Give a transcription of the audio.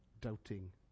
doubting